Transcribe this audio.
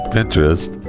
Pinterest